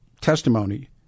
testimony